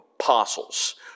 Apostles